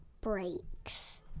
breaks